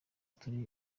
turi